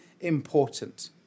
important